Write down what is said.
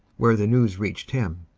where the news reached him.